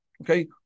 okay